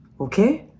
okay